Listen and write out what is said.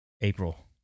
April